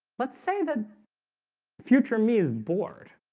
let's say that future me is bored